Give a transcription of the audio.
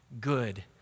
good